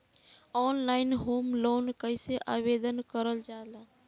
Online home loan कैसे आवेदन करल जा ला?